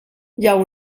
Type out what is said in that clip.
jou